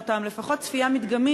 לפחות צפייה מדגמית,